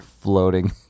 floating